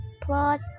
plot